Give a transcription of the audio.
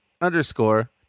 underscore